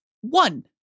one